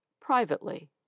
Privately